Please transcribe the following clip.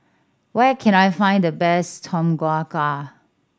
where can I find the best Tom Kha Gai